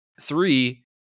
Three